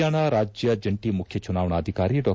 ಪರಿಯಾಣ ರಾಜ್ಯ ಜಂಟಿ ಮುಖ್ಯ ಚುನಾವಣಾಧಿಕಾರಿ ಡಾ